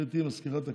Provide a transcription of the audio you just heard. גברתי מזכירת הכנסת,